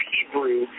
Hebrew